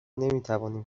نمیتوانیم